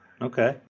okay